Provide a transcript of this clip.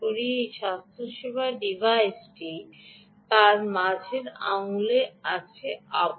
এই স্বাস্থ্যসেবা ডিভাইসটি তার মাঝের আঙুলের কাছে আবদ্ধ